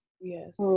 yes